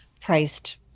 priced